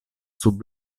sub